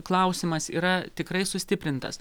klausimas yra tikrai sustiprintas